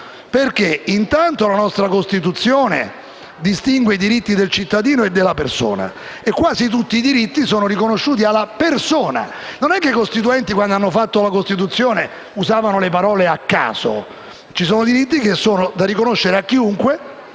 perché la nostra Costituzione distingue i diritti del cittadino da quelli della persona e quasi tutti i diritti sono riconosciuti alla persona. I costituenti, quando hanno scritto la Costituzione, non usavano le parole a caso: ci sono diritti che sono da riconoscere a chiunque,